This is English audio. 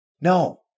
No